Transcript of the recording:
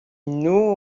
knew